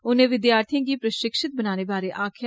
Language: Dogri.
उनें विद्यार्थियें गी प्रर्षिक्षित बनाने बारै आक्खेआ